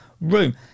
Room